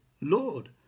Lord